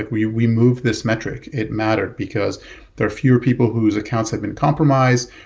like we we moved this metric. it mattered, because there are fewer people whose accounts have been compromised.